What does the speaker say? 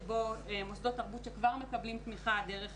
שבו מוסדות תרבות שכבר מקבלים תמיכה דרך